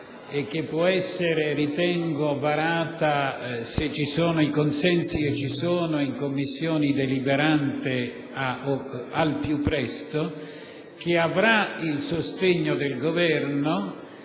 e che può essere - ritengo - varata se ci sono i consensi (e ci sono) in Commissione in sede deliberante al più presto: essa avrà il sostegno del Governo